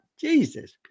Jesus